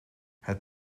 het